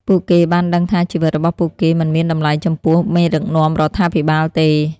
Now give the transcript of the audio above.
ពួកគេបានដឹងថាជីវិតរបស់ពួកគេមិនមានតម្លៃចំពោះមេដឹកនាំរដ្ឋាភិបាលទេ។